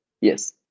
Yes